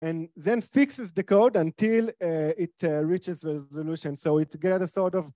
ואז מתקן את הקוד עד שמגיע לפתרון אז זה יקבל איזשהו